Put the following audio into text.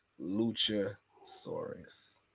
Luchasaurus